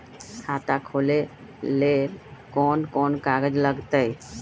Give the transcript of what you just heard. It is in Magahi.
खाता खोले ले कौन कौन कागज लगतै?